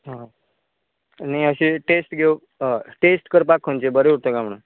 हां आनी अशें टेस्ट घेव हय टेस्ट करपाक खंयचे बरें उरता कांय म्हणून